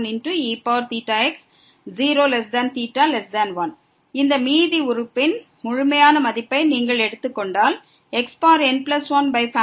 eθx0θ1 இந்த மீதி உறுப்பின் முழுமையான மதிப்பை நீங்கள் எடுத்துக் கொண்டால் xn1n1